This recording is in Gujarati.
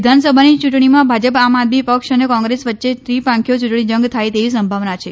વિધાનસભાની ચૂંટણીમાં ભાજપ આમ આદમી પક્ષ અને કોંગ્રેસ વચ્ચે ત્રિપાંખીયો ચૂંટણી જંગ થાય તેવી સંભાવના છે